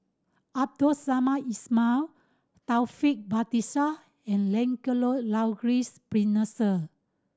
Abdul Samad Ismail Taufik Batisah and Lancelot Maurice Pennefather